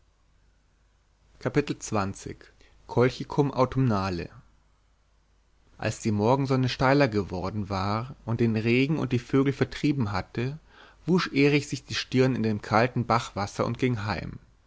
colchicum autumnale als die morgensonne steiler geworden war und den regen und die vögel vertrieben hatte wusch erich sich die stirn in dem kalten bachwasser und ging heim